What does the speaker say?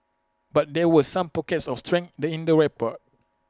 but there were some pockets of strength in the report